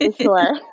sure